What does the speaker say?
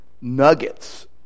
nuggets